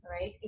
right